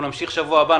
נמשיך בשבוע הבא.